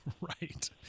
Right